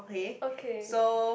ok